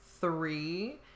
three